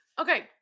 Okay